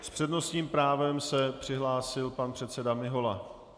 S přednostním právem se přihlásil pan předseda Mihola.